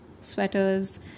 sweaters